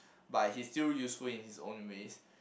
but he still useful in his own ways